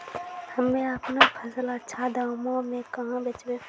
हम्मे आपनौ फसल अच्छा दामों मे कहाँ बेचबै?